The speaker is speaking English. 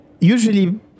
Usually